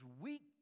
weak